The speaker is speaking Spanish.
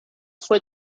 fue